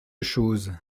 chose